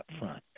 upfront